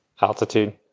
altitude